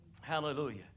Hallelujah